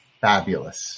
fabulous